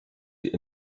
die